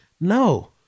No